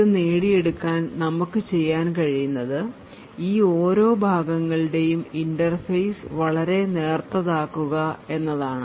ഇത് നേടിയെടുക്കുവാൻ നമുക്ക് ചെയ്യാൻ കഴിയുന്നത് ഈ ഓരോ ഭാഗങ്ങളുടെയും ഇൻറർഫേസ് വളരെ നേർത്തതാക്കുക എന്നതാണ്